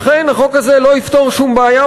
לכן החוק הזה לא יפתור שום בעיה,